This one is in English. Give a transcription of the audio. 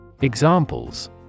Examples